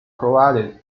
provided